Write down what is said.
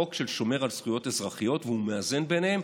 חוק ששומר על זכויות אזרחיות והוא מאזן ביניהם.